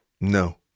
no